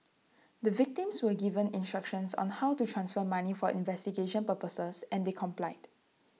the victims were given instructions on how to transfer money for investigation purposes and they complied